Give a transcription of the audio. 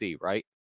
right